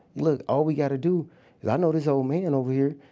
look, all we gotta do is i know this old man and over here.